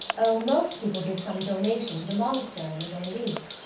o, most people give some donation to the monastery when they leave.